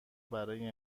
برای